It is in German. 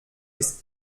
ist